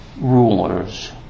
rulers